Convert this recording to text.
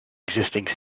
existing